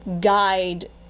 guide